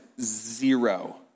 zero